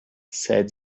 said